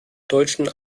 deutschen